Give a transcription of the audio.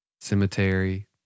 Cemetery